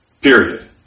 Period